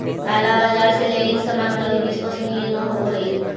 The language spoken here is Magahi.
काला बाजार से लेइल सामान कभी विश्वसनीय न होवअ हई